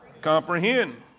comprehend